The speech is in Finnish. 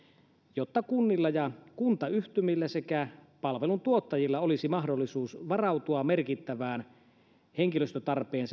jotta kunnilla ja kuntayhtymillä sekä palveluntuottajilla olisi mahdollisuus varautua merkittävään henkilöstötarpeeseen